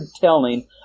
telling